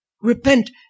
Repent